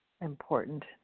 important